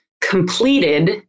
completed